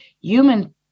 human